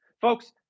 Folks